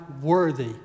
worthy